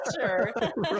sure